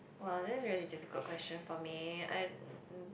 !wah! that's a really difficult question for me I